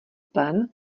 plen